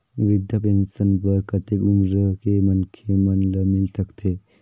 वृद्धा पेंशन बर कतेक उम्र के मनखे मन ल मिल सकथे?